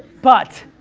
but.